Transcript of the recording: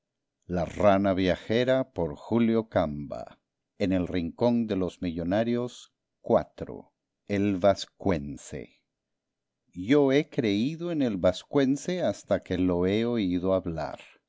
comercio el honrado comercio genio del mundo moderno iv el vascuence yo he creído en el vascuence hasta que lo he oído hablar